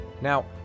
Now